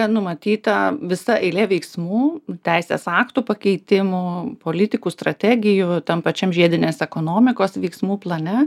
ten numatyta visa eilė veiksmų teisės aktų pakeitimų politikų strategijų tam pačiam žiedinės ekonomikos veiksmų plane